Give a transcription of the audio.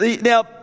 Now